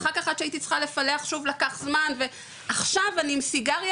ואחר כך עד שהייתי צריכה לפלח שוב לקח זמן ועכשיו אני עם סיגריה